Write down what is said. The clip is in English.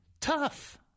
Tough